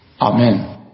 Amen